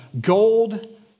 gold